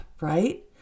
right